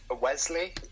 Wesley